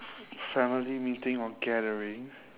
family meeting or gathering